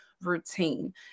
routine